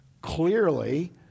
clearly